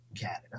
Canada